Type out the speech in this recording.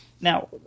now